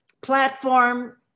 platform